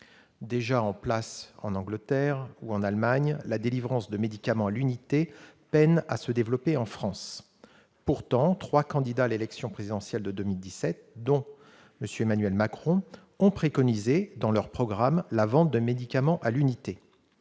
Déjà en place en Angleterre ou en Allemagne, la délivrance de médicaments à l'unité peine à se développer en France. Pourtant, trois candidats à l'élection présidentielle de 2017, dont M. Emmanuel Macron, ont préconisé, dans leurs programmes, la vente des médicaments à l'unité.